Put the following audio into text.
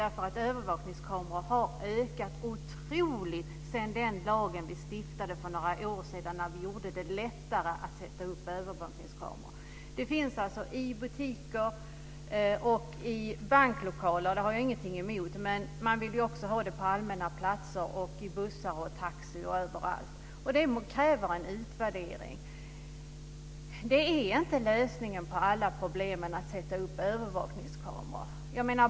Antalet övervakningskameror har ökat otroligt sedan den dagen för några år sedan när vi gjorde det lättare att sätta upp dem. De finns i butiker och banklokaler, och det har jag ingenting emot. Men man vill ju också ha dem på allmänna platser och i bussar och taxi. Det kräver en utvärdering. Det är inte lösningen på alla problem att sätta upp övervakningskameror.